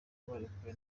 barekuwe